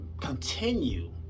continue